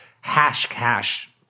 hash-cash